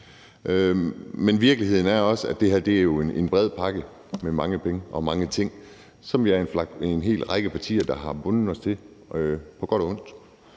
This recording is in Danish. Men virkeligheden er jo også, at det her er en bred pakke med mange penge og mange ting, som vi er en hel række partier der har bundet os til på godt og ondt.